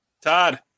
todd